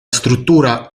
struttura